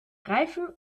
reifen